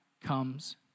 comes